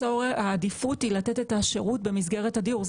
העדיפות היא לתת את השירות במסגרת הדיור.